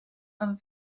ond